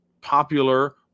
popular